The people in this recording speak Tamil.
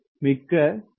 மிக்க நன்றி